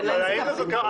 אין להם זיקה פוליטית.